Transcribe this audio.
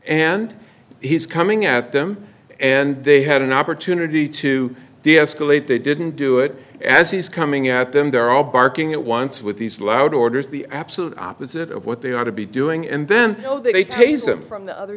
and he's coming at them and they had an opportunity to deescalate they didn't do it as he's coming at them they're all barking at once with these loud orders the absolute opposite of what they ought to be doing and then you know they tase him from the other